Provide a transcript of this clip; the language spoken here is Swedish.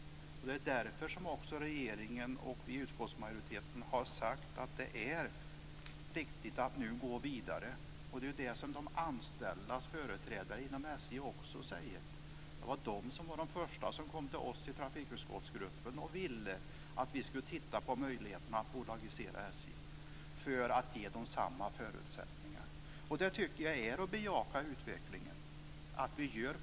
Det var därför som regeringen och utskottsmajoriteten sade att det nu var dags att gå vidare, vilket också de anställdas företrädare inom SJ också säger. De var de som var de första som kom till oss i trafikutskottsgruppen och ville att vi skulle se på möjligheterna att bolagisera SJ för att ge SJ samma förutsättningar. Att vi gör på det här sättet tycker jag är att bejaka utvecklingen.